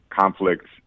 conflicts